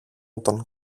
τον